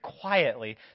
quietly